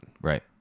Right